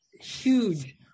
huge